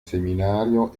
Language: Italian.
seminario